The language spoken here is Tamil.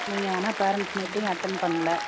நீங்கள் ஆனால் பேரண்ட்ஸ் மீட்டிங் அட்டன் பண்ணல